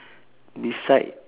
beside